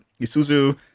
Isuzu